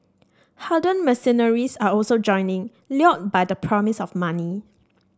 hardened mercenaries are also joining lured by the promise of money